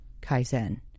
Kaizen